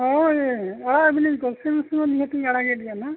ᱦᱳᱭ ᱟᱲᱟᱜ ᱟᱹᱵᱤᱱᱟᱧ ᱠᱚᱱᱥᱮᱥᱚᱱ ᱱᱤᱦᱟᱹᱛᱤᱧ ᱟᱲᱟᱜᱮᱫ ᱜᱮᱭᱟ ᱦᱟᱸᱜ